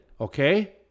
Okay